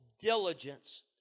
diligence